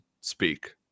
speak